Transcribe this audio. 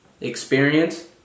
experience